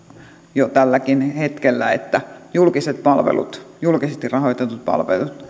jo tälläkin hetkellä että julkiset palvelut julkisesti rahoitetut palvelut